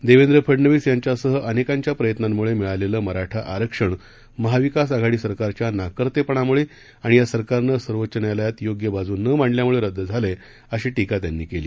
देवेंद्र फडनवीस यांच्यासह अनेकांच्या प्रयत्नांमुळे मिळालेलं मराठा आरक्षण महाविकास आघाडी सरकारच्या नाकर्तेपणामुळे आणि या सरकारनं सर्वोच्च न्यायालयात योग्य बाजू न मांडल्यामुळं रद्द झालं आहे अशी टीका त्यांनी केली